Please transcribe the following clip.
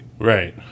right